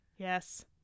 Yes